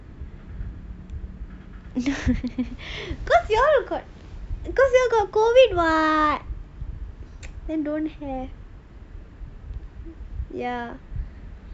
because you all got COVID [what] then don't have